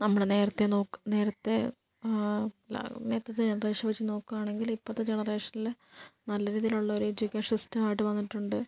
നമ്മൾ നേരത്തെ നേരത്തെ നേരത്തത്തെ ജനറേഷൻ വച്ച് നോക്കുകയാണെങ്കിൽ ഇപ്പോഴത്തെ ജനറേഷനിൽ നല്ല രീതിയിലുള്ള ഒരു എജ്യുക്കേഷൻ സിസ്റ്റമായിട്ട് വന്നിട്ടുണ്ട്